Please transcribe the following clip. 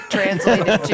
Translated